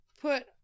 put